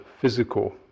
physical